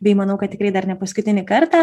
bei manau kad tikrai dar ne paskutinį kartą